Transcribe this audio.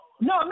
no